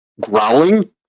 Growling